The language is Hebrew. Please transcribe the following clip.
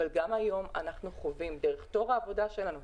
אבל גם היום אנחנו חווים דרך תור העבודה שלנו,